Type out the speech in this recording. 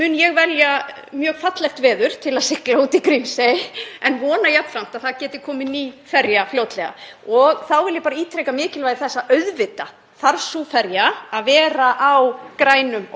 að vera knúin áfram af grænum orkugjafa, því að það er jú það sem við þurfum að standa fyrir, sérstaklega í norðurslóðamálum, að siglingar um svæðið séu eins umhverfisvænar og kostur er.